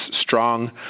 strong